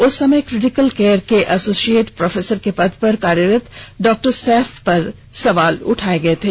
उस समय critical care के असोसिएट प्रोफेसर के पद पर कार्यरत डॉ सैफ पर सवाल उठाए गए थे